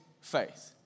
faith